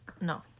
No